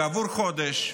כעבור חודש,